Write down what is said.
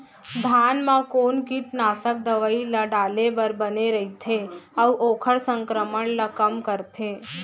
धान म कोन कीटनाशक दवई ल डाले बर बने रइथे, अऊ ओखर संक्रमण ल कम करथें?